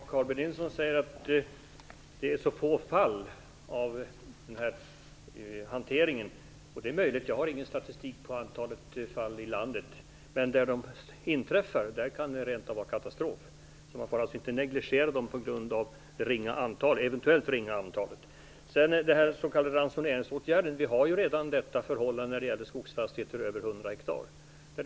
Fru talman! Carl G Nilsson säger att det rör sig om så få fall av den här hanteringen. Det är möjligt. Jag har ingen statistik på antalet fall i landet. Men där dessa fall inträffar kan det rent av bli en katastrof. Man får således inte negligera dem på grund av deras eventuellt ringa antal. Så till frågan om den s.k. ransoneringsåtgärden. Vi har redan detta förhållande när det gäller skogsfastigheter över 100 hektar.